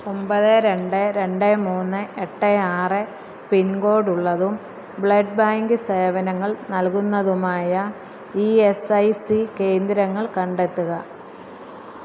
ഒമ്പത് രണ്ട് രണ്ട് മൂന്ന് എട്ട് ആറ് പിൻ കോഡുള്ളതും ബ്ലഡ് ബാങ്ക് സേവനങ്ങൾ നൽകുന്നതുമായ ഇ എസ് ഐ സി കേന്ദ്രങ്ങൾ കണ്ടെത്തുക